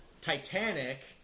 Titanic